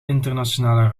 internationale